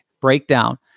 breakdown